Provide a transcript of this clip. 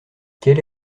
quelle